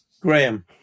Graham